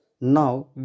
now